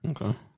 Okay